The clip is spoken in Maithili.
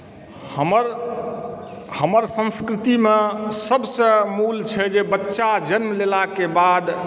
हमर हमर संस्कृतिमे सभसँ मूल छै जे बच्चा जन्म लेलाके बाद